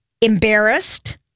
embarrassed